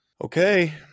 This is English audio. Okay